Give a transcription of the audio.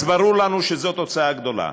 אז ברור לנו שזו הוצאה גדולה.